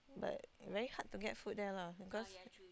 but very hard to get food there lah because